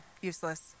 useless